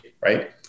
right